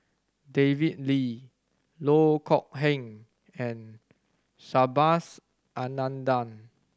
David Lee Loh Kok Heng and Subhas Anandan